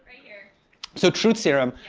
so, truth serum.